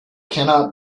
cannot